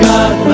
God